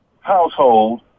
household